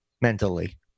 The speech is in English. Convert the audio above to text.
mentally